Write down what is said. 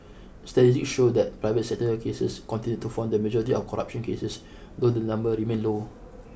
statistics showed that private sector cases continued to form the majority of corruption cases though the number remained low